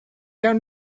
down